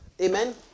Amen